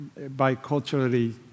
biculturally